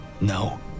No